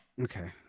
Okay